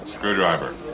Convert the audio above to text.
Screwdriver